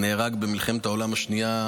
הוא נהרג במלחמת העולם השנייה,